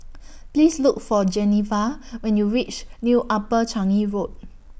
Please Look For Geneva when YOU REACH New Upper Changi Road